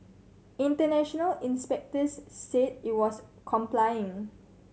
international inspectors said it was complying